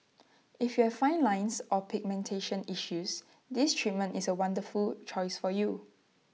if you have fine lines or pigmentation issues this treatment is A wonderful choice for you